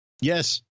Yes